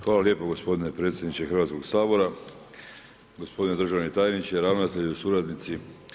Hvala lijepo gospodine potpredsjedniče Hrvatskog sabora, gospodine državni tajniče, ravnatelju, suradnici.